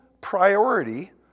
priority